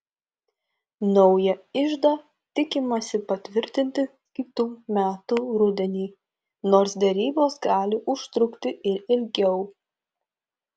naują iždą tikimasi patvirtinti kitų metų rudenį nors derybos gali užtrukti ir ilgiau